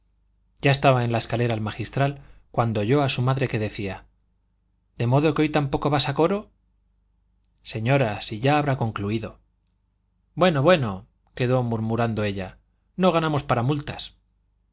ya estaba en la escalera el magistral cuando oyó a su madre que decía de modo que hoy tampoco vas a coro señora si ya habrá concluido bueno bueno quedó murmurando ella no ganamos para multas